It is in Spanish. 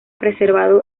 preservado